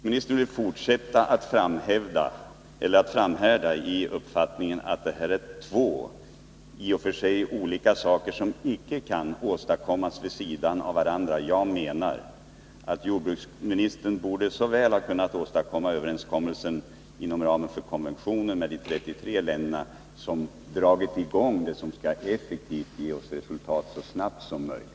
Herr talman! Jordbruksministern vill fortsätta att framhärda i uppfattningen att det här gäller två i och för sig olika åtgärder som icke kan åstadkommas vid sidan av varandra. Jag menar att jordbruksministern borde såväl ha kunnat arbeta för en överenskommelse inom ramen för konventionen med de 33 länderna som fullföljt de initiativ som skall ge oss effektivt resultat så snabbt som möjligt.